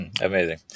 Amazing